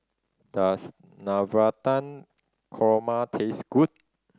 does Navratan Korma taste good